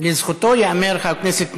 לזכותו של חבר הכנסת ייאמר,